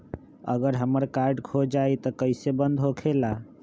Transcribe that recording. अगर हमर कार्ड खो जाई त इ कईसे बंद होकेला?